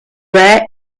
rare